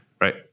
right